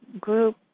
group